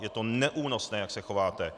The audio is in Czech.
Je to neúnosné, jak se chováte.